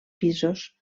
pisos